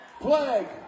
plague